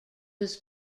was